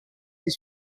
his